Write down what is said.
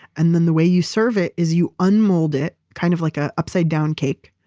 and then, the way you serve it is you unmold it kind of like a upside-down cake.